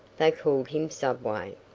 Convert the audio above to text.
they called him subway.